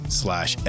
slash